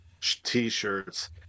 T-shirts